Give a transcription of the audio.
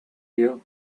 you